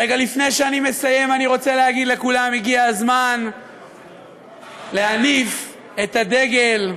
רגע לפני שאני מסיים אני רוצה להגיד לכולם: הגיע הזמן להניף את הדגל,